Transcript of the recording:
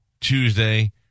Tuesday